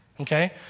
Okay